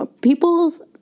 people's